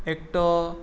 एकटो